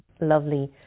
Lovely